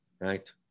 right